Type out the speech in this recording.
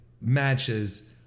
matches